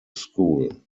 school